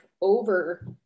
over